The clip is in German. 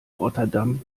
rotterdam